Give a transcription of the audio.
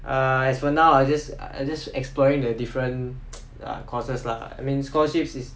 err as for now I just I just exploring the different courses lah I mean scholarships is